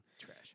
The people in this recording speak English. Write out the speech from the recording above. Trash